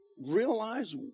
realize